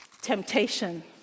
temptation